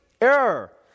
error